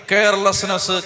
Carelessness